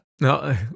No